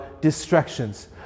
distractions